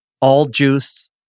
all-juice